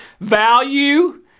value